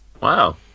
Wow